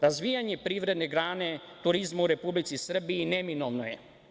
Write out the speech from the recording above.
Razvijanje privredne grane turizma u Republici Srbiji neminovno je.